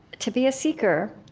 to be a seeker,